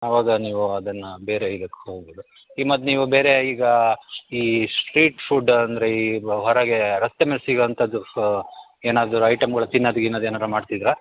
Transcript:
ಆವಾಗ ನೀವು ಅದನ್ನ ಬೇರೆ ಇದಕ್ಕೆ ಹೋಗಿ ಬನ್ನಿ ಈ ಮತ್ತೆ ನೀವು ಬೇರೆ ಈಗ ಈ ಸ್ಟ್ರೀಟ್ ಫುಡ್ ಅಂದರೆ ಈ ಹೊರಗೆ ರಸ್ತೆ ಮೇಲೆ ಸಿಗೋ ಅಂಥದ್ದು ಫ್ ಏನಾದರೂ ಐಟಮ್ಗಳ್ ತಿನ್ನದು ಗಿನ್ನದು ಏನಾದರ ಮಾಡ್ತಿದ್ರಾ